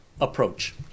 approach